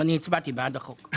ואני הצבעתי בעד החוק.